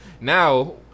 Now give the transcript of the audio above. Now